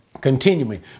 continuing